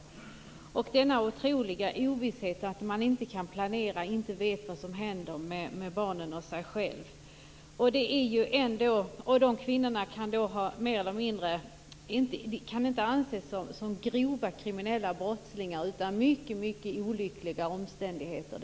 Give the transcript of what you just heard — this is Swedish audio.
Det är en otrolig ovisshet. De kan inte planera och vet inte vad som kommer att hända med barnen och dem själva. De kvinnorna kan inte anses vara grova kriminella brottslingar, utan det handlar om mycket olyckliga omständigheter.